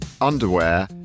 underwear